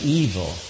evil